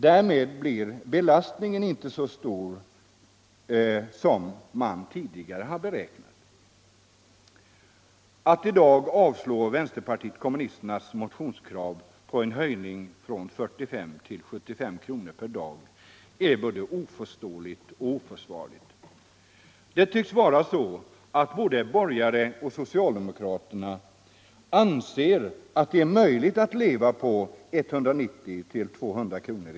Därmed blir belastningen inte så stor som tidigare beräknats. Att i dag avslå vänsterpartiet kommunisternas motionskrav på en höjning från 45 till 75 kr. per dag är oförståeligt och oförsvarligt. Det tycks vara så att både borgare och socialdemokrater anser att det är möjligt att leva på 190-200 kr.